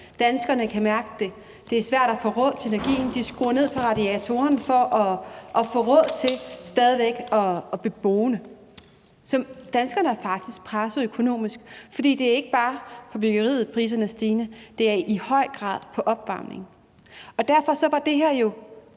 danskerne kan mærke det. Det er svært at få råd til energien, de skruer ned for radiatorerne for at få råd til stadig væk at blive boende. Så danskerne er faktisk pressede økonomisk, for det er ikke bare i forhold til byggeriet, at priserne er stigende, det er i høj grad på opvarmningen. Derfor var håndværkerdelen